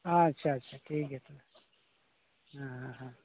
ᱟᱪᱪᱷᱟ ᱟᱪᱪᱷᱟ ᱴᱷᱤᱠ ᱜᱮᱭᱟ ᱛᱚᱵᱮ ᱦᱮᱸ ᱦᱮᱸ